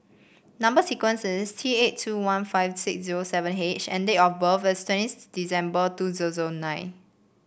number sequence is T eight two one five six zero seven H and date of birth is twenty December two zero zero nine